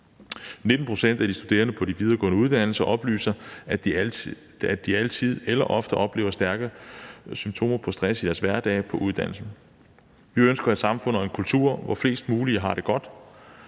19 pct. af de studerende på de videregående uddannelser oplyser, at de altid eller ofte oplever stærke symptomer på stress i deres hverdag på uddannelsen. Vi ønsker et samfund og en kultur, hvor flest mulige har det godt,